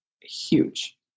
huge